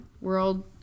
world